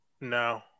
No